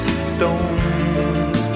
stones